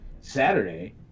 Saturday